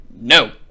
No